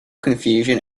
confusion